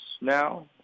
now